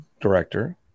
director